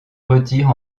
retire